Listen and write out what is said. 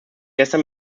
gestern